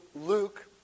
Luke